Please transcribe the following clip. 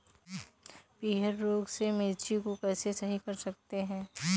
पीहर रोग से मिर्ची को कैसे सही कर सकते हैं?